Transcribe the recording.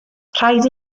rhaid